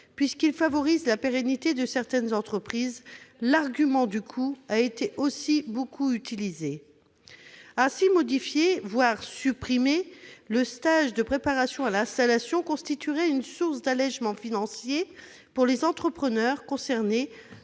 puisqu'il favorise la pérennité de certaines entreprises, l'argument du coût a également été beaucoup utilisé. Ainsi, modifier voire supprimer le stage de préparation à l'installation constituerait « une source d'allégements financiers pour les entrepreneurs concernés,